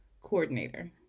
coordinator